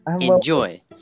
enjoy